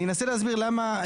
אני אנסה להסביר למה.